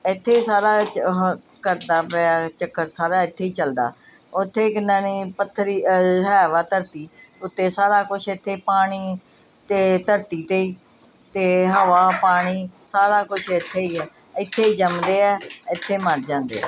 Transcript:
ਇੱਥੇ ਹੀ ਸਾਰਾ ਕਰਤਾ ਪਿਆ ਚੱਕਰ ਸਾਰਾ ਇੱਥੇ ਹੀ ਚੱਲਦਾ ਉੱਥੇ ਕਿੰਨਾ ਨਹੀਂ ਪੱਥਰ ਹੀ ਹੈ ਵਾ ਧਰਤੀ ਉੱਤੇ ਸਾਰਾ ਕੁਛ ਇੱਥੇ ਪਾਣੀ ਅਤੇ ਧਰਤੀ 'ਤੇ ਹੀ ਅਤੇ ਹਵਾ ਪਾਣੀ ਸਾਰਾ ਕੁਛ ਇੱਥੇ ਹੀ ਹੈ ਇੱਥੇ ਹੀ ਜੰਮਦੇ ਹੈ ਇੱਥੇ ਹੀ ਮਰ ਜਾਂਦੇ ਹੈ